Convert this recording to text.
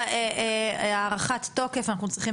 לשם הארכת תוקף אנחנו צריכים